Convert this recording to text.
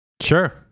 Sure